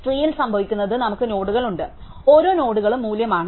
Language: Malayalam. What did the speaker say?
ട്രീയിൽ സംഭവിക്കുന്നത് നമുക്ക് നോഡുകളുണ്ട് ഓരോ നോഡുകളും മൂല്യമാണ്